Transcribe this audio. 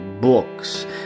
books